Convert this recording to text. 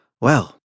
Well